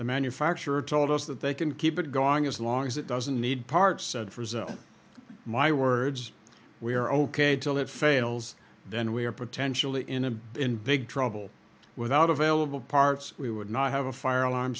the manufacturer told us that they can keep it going as long as it doesn't need parts my words we are ok till it fails then we are potentially in a in big trouble without available parts we would not have a fire alarm